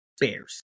bears